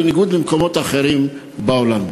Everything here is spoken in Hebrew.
בניגוד למקומות אחרים בעולם.